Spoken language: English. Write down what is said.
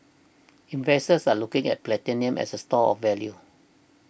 investors are looking at platinum as a store of value